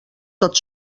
tot